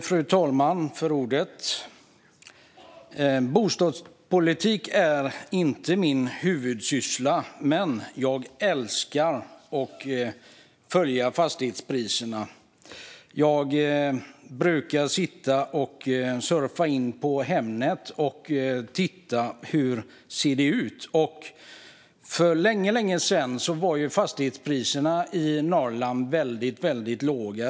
Fru talman! Bostadspolitik är inte min huvudsyssla, men jag älskar att följa fastighetspriserna. Jag brukar surfa in på Hemnet för att se hur det ser ut. För länge sedan var fastighetspriserna i Norrland väldigt låga.